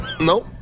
Nope